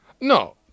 No